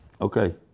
Okay